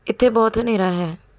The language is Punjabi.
ਇੱਥੇ ਬਹੁਤ ਹਨੇਰਾ ਹੈ